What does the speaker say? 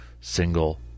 single